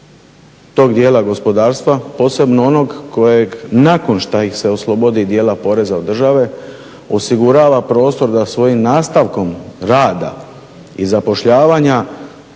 tog dijela gospodarstva posebno onog kojeg nakon što ih se oslobodi dijela poreza od države osigurava prostor da svojim nastavkom rada i zapošljavanja